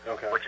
Okay